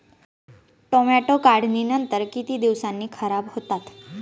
Tomato काढणीनंतर किती दिवसांनी खराब होतात?